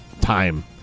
time